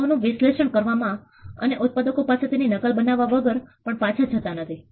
દવાઓનું વિશ્લેષણ કરવા અને ઉત્પાદકો પાસે તેની નકલ બનાવ્યા વગર પણ પાછા જતા નથી